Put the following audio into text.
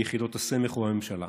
ביחידות הסמך ובממשלה.